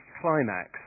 climax